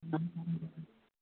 हा